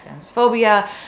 transphobia